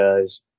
guys